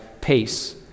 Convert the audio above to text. pace